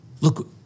Look